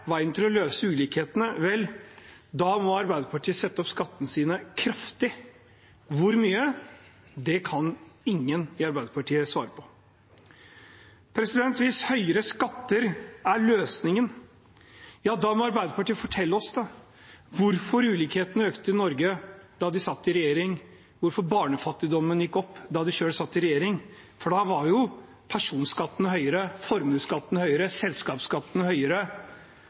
veien til å løse ulikhetene, vel, da må Arbeiderpartiet sette opp skattene sine kraftig. Hvor mye? Det kan ingen i Arbeiderpartiet svare på. Hvis høyere skatter er løsningen, ja da må Arbeiderpartiet fortelle oss hvorfor ulikhetene økte i Norge da de satt i regjering, hvorfor barnefattigdommen gikk opp da de selv satt i regjering, for da var personskatten høyere, formuesskatten høyere, selskapsskatten høyere